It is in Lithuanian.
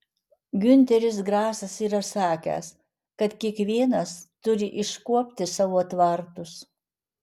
giunteris grasas yra sakęs kad kiekvienas turi iškuopti savo tvartus